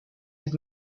his